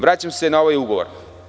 Vraćam se na ovaj ugovor.